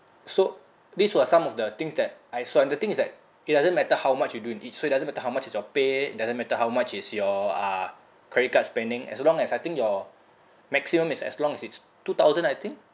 so these were some of the things that I saw and the thing is that it doesn't matter how much you do in each so it doesn't matter how much is your pay doesn't matter how much is your uh credit card spending as long as I think your maximum is as long as it's two thousand I think